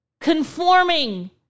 Conforming